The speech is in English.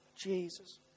Jesus